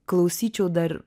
klausyčiau dar